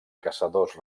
caçadors